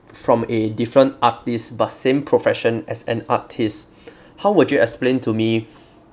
from a different artist but same profession as an artist how would you explain to me